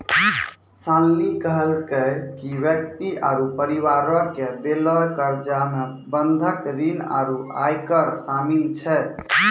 शालिनी कहलकै कि व्यक्ति आरु परिवारो के देलो कर्जा मे बंधक ऋण आरु आयकर शामिल छै